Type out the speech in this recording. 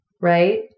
right